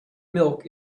milk